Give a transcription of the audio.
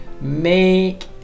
make